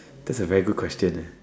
that's a very good question eh